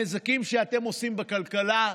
הנזקים שאתם עושים בכלכלה,